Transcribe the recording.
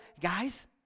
Guys